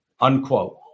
unquote